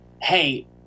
hey